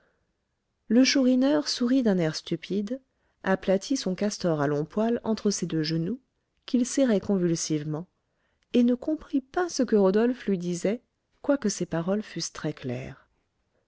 le chourineur sourit d'un air stupide aplatit son castor à longs poils entre ses deux genoux qu'il serrait convulsivement et ne comprit pas ce que rodolphe lui disait quoique ses paroles